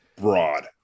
broad